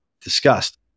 discussed